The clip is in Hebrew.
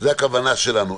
זאת הכוונה שלנו.